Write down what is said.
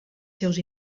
seus